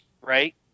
Right